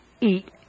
eat